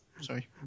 Sorry